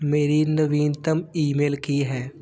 ਮੇਰੀ ਨਵੀਨਤਮ ਈਮੇਲ ਕੀ ਹੈ